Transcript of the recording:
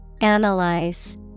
Analyze